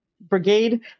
brigade